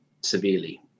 severely